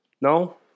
No